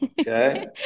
Okay